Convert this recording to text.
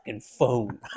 phone